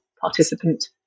participant